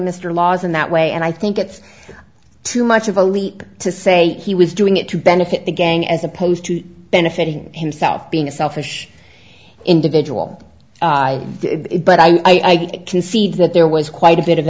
mr laws in that way and i think it's too much of a leap to say he was doing it to benefit the gang as opposed to benefiting himself being a selfish individual but i concede that there was quite a bit of